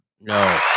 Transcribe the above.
no